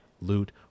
loot